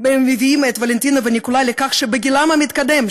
מביאים את ולנטינה וניקולאי לכך שבגילם המתקדם,